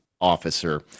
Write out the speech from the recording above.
officer